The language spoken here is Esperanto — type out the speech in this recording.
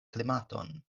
klimaton